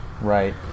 Right